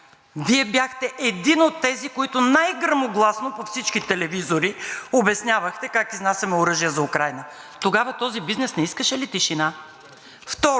Вие бяхте един от тези, които най-гръмогласно по всички телевизори обяснявахте как изнасяме оръжие за Украйна. Тогава този бизнес не искаше ли тишина? Второ,